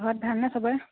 ঘৰত ভালনে সবৰে